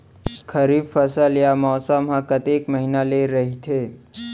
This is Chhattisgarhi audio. खरीफ फसल या मौसम हा कतेक महिना ले रहिथे?